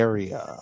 Area